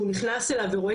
הוא יכול כל יום להיכנס,